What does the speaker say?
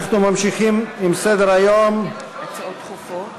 אנחנו ממשיכים בסדר-היום הצעות דחופות